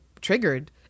triggered